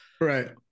right